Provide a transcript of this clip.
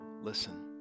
Listen